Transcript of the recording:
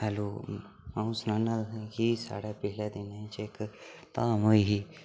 hello अ'ऊं सनाना तुसेंगी कि साढ़ै पिछले दिनै च इक धाम होई ही